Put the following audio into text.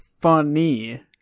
funny